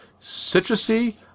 citrusy